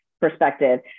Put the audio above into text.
perspective